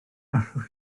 allwch